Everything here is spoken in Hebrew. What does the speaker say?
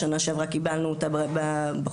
בשנה שעברה קיבלנו אותה בחופשה,